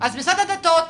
משרד הדתות,